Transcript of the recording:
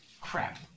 Crap